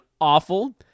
awful